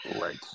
Right